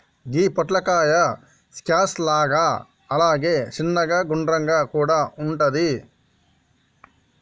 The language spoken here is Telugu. గి పొట్లకాయ స్క్వాష్ లాగా అలాగే చిన్నగ గుండ్రంగా కూడా వుంటది